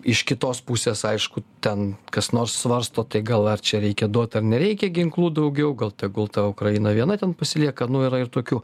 iš kitos pusės aišku ten kas nors svarsto tai gal ar čia reikia duot ar nereikia ginklų daugiau gal tegul ta ukraina viena ten pasilieka nu yra ir tokių